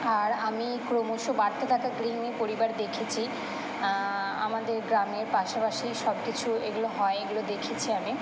আর আমি ক্রমশ বাড়তে থাকা গৃহহীন পরিবার দেখেছি আমাদের গ্রামের পাশাপাশি সব কিছু এগুলো হয় এগুলো দেখেছি আমি